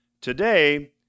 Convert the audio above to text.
Today